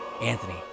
Anthony